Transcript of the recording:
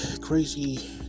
crazy